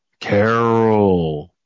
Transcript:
Carol